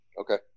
Okay